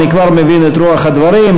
אני כבר מבין את רוח הדברים.